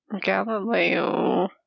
Galileo